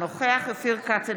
אינו נוכח אופיר כץ,